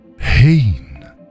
Hain